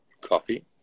coffee